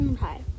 hi